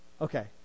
Okay